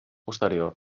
posteriors